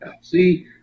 See